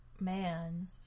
man